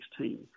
2016